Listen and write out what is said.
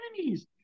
enemies